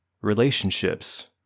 relationships